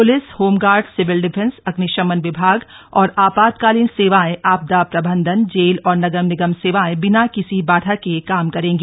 police home guard civil defence अग्निशमन विभाग और आपातकालीन सेवाएं आपदा प्रबंधन जेल और नगर निगम सेवाएं बिना किसी बाधा के काम करेंगी